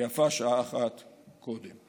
ויפה שעה אחת קודם.